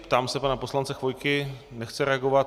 Ptám se pana poslance Chvojky nechce reagovat.